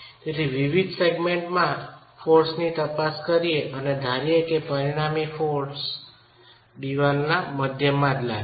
તેથી વિવિધ સેગમેન્ટમાં દળોની તપાસ કરીએ અને ધારીએ કે પરિણામી દળો તમામ દિવાલની મધ્યમાં જ લાગે છે